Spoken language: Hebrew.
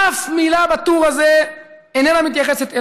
אף מילה בטור הזה איננה מתייחסת אליו.